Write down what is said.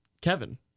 Kevin